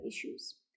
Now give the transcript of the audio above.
issues